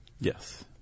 Yes